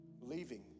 leaving